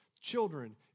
children